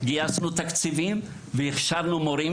גייסנו תקציבים והכשרנו מורים,